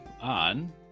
on